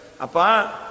Apa